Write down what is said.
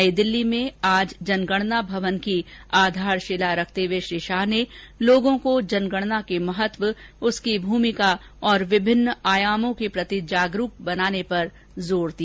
नई दिल्ली में आज जनगणना भवन की आधारशिला रखते हए श्री शाह ने लोगों को जनगणना के महत्व उसकी भूमिका और विभिन्न आयामों के प्रति जागरूक बनाने पर जोर दिया